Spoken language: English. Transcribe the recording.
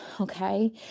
Okay